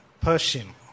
Persian